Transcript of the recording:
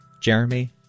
Jeremy